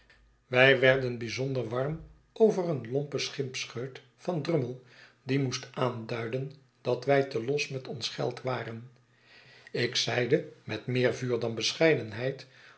wij werden bijzonder warm over een lompen schimpscheut van drummle die moest aanduiden dat wij te los met ons geld waren ik zeide met meer vuur dan bescheidenheid